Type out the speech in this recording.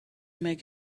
make